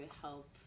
help